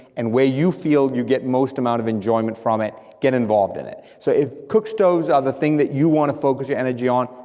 and where you feel you get most amount of enjoyment from it, get involved in it. so if cook stoves are the thing that you wanna focus your energy on,